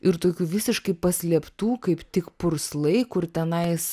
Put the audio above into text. ir tokių visiškai paslėptų kaip tik purslai kur tenais